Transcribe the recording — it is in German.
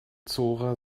zora